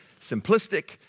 simplistic